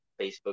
facebook